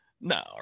No